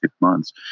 months